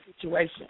situation